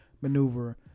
maneuver